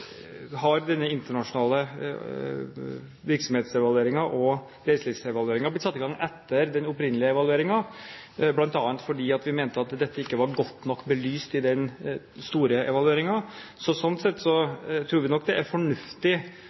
har denne internasjonale virksomhetsevalueringen og reiselivsevalueringen blitt satt i gang etter den opprinnelige evalueringen, bl.a. fordi vi mente at dette ikke var godt nok belyst i den store evalueringen. Så sånn sett tror vi det nok er fornuftig